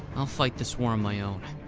i'll fight this war on my own.